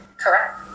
Correct